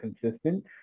consistent